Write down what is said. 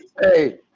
hey